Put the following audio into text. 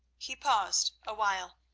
he paused awhile,